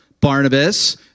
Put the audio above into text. Barnabas